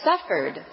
suffered